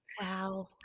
Wow